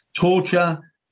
Torture